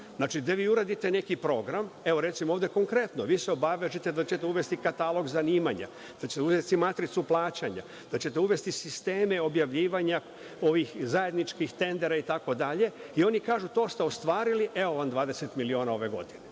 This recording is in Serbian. Znači, gde vi uradite neki program, recimo ovde konkretno, vi se obavežete da ćete uvesti katalog zanimanja, da ćete uvesti matricu plaćanja, da ćete uvesti sisteme objavljivanja ovih zajedničkih tendera itd, i oni kažu – to ste ostvarili, evo vam 20 miliona ove godine.